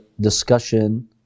discussion